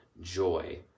joy